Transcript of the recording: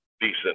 decent